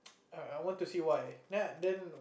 I want to see why then